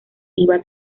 iba